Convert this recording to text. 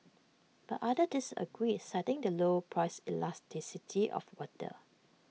but others disagree citing the low price elasticity of water